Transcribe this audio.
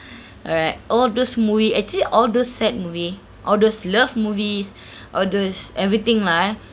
alright all those movie actually all those sad movie all those love movies all those everything lah